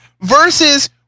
versus